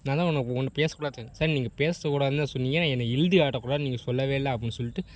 நான் தான் உனக்கு உன்ன பேசக்கூடாது சார் நீங்கள் பேசக்கூடாதுன்னு தான் சொன்னீங்க என்னை எழுதி காட்டக்கூடாதுன்னு நீங்கள் சொல்லவே இல்லை அப்படின்னு சொல்லிட்டு